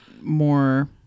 more